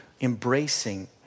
embracing